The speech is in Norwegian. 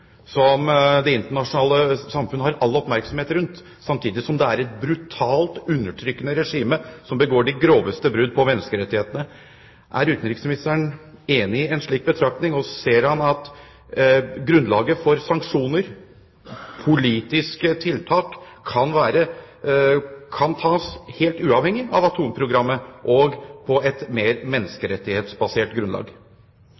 som det internasjonale samfunnet har all oppmerksomhet rundt, samtidig som det er et brutalt, undertrykkende regime i Iran som begår de groveste brudd på menneskerettighetene. Er utenriksministeren enig i en slik betraktning? Ser han at grunnlaget for sanksjoner/politiske tiltak kan tas helt uavhengig av atomprogrammet, og på et mer